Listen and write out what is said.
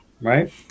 right